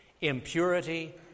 impurity